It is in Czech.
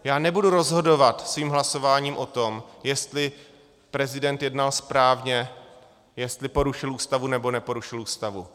Já nebudu rozhodovat svým hlasováním o tom, jestli prezident jednal správně, jestli porušil Ústavu, nebo neporušil Ústavu.